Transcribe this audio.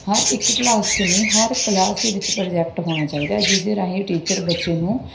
ਹਰ ਇੱਕ ਕਲਾਸ 'ਚ ਨਹੀਂ ਹਰ ਕਲਾਸ ਦੇ ਵਿੱਚ ਪ੍ਰੋਜੈਕਟ ਹੋਣਾ ਚਾਹੀਦਾ ਜਿਸ ਦੇ ਰਾਹੀਂ ਟੀਚਰ ਬੱਚੇ ਨੂੰ